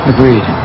Agreed